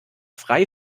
frei